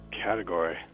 category